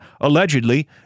allegedly